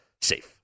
safe